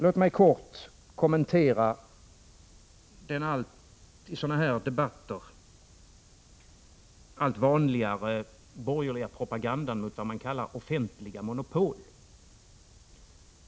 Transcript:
Låt mig kort kommentera den i sådana här debatter allt vanligare borgerliga propagandan mot vad man kallar offentliga monopol.